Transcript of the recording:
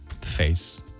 face